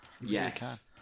Yes